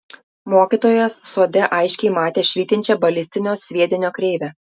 mokytojas sode aiškiai matė švytinčią balistinio sviedinio kreivę